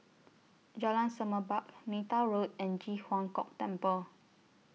Jalan Semerbak Neythal Road and Ji Huang Kok Temple